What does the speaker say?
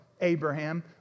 Abraham